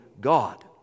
God